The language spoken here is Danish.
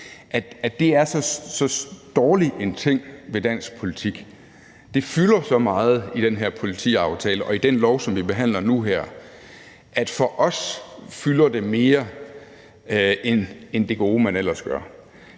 er en dårlig ting ved dansk politik, for det fylder så meget i den her politiaftale og i den lov, som vi behandler nu her, og for os fylder det mere end det gode, man ellers gør.